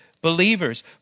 believers